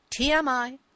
TMI